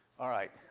all right,